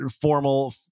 formal